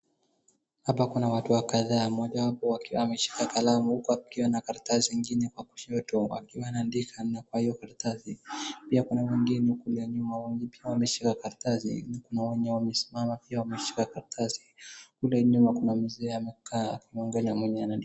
Hapa kuna watu kadhaa, mojawapo ameshika kalamu huku akiwa na karatasi ingine kwa kushoto akiwa anaandika kwa hiyo karatasi. Pia kuna mwingine nyuma ameshika karatasi, kuna mwenye amesimama piaakishika karatasi. Kule nyuma kuna mzee alimekaa mwenye anaandika.